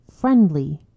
friendly